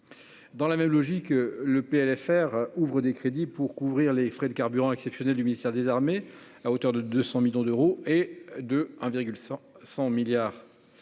Dans la même logique, ce PLFR ouvre des crédits visant à couvrir les frais de carburant exceptionnels du ministère des armées, à hauteur de 200 millions d'euros ; 1,1 milliard